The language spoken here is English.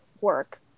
work